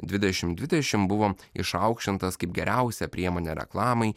dvidešimt dvidešimt buvo išaukštintas kaip geriausia priemonė reklamai